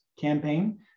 Campaign